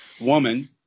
woman